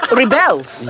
rebels